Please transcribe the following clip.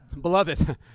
Beloved